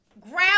Grab